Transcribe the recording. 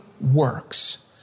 Works